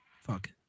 Fuck